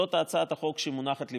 זאת הצעת החוק שמונחת בפניכם.